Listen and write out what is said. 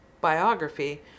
biography